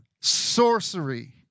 Sorcery